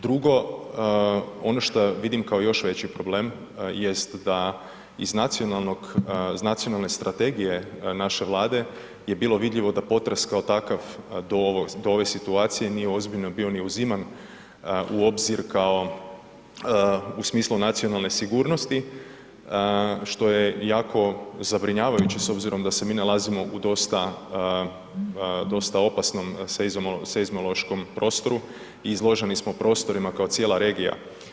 Drugo ono što vidim kao još veći problem jest da iz nacionalne strategije naše Vlade je bilo vidljivo da potres kao takav do ove situacije nije ozbiljno bio ni uziman u obzir kao u smislu nacionalne sigurnosti što je jako zabrinjavajuće s obzirom da se mi nalazimo u dosta opasno seizmološkom prostoru i izloženi smo prostorima kao cijela regija.